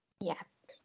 Yes